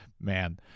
Man